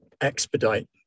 expedite